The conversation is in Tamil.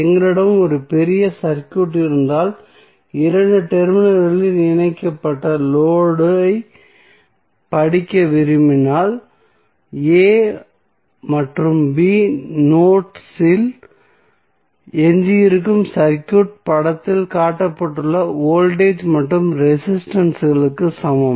எங்களிடம் ஒரு பெரிய சர்க்யூட் இருந்தால் இரண்டு டெர்மினல்களில் இணைக்கப்பட்ட லோடு ஐ படிக்க விரும்பினால் a மற்றும் b நோட்ஸ் இல் எஞ்சியிருக்கும் சர்க்யூட் படத்தில் காட்டப்பட்டுள்ள வோல்டேஜ் மற்றும் ரெசிஸ்டன்ஸ்களுக்கு சமம்